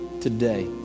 today